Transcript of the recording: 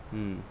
mm